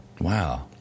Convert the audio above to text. Wow